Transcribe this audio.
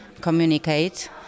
communicate